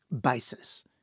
basis